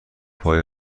های